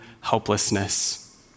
helplessness